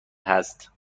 هست